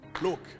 Look